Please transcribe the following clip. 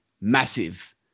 massive